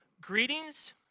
Greetings